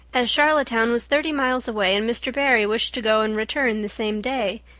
as charlottetown was thirty miles away and mr. barry wished to go and return the same day,